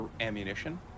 ammunition